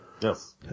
Yes